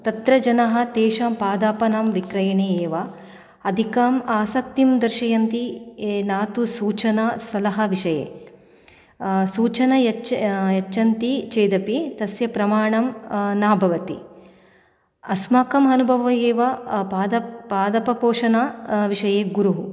तत्र जनाः तेषां पादपानां विक्रयणे एव अधिकाम् आसक्तिं दर्शयन्ति न तु सूचना सलहा विषये सूचना यच्च यच्छन्ति चेदपि तस्य प्रमाणं न भवति अस्माकम् अनुभव एव पादप पादपपोषण विषये गुरुः